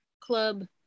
club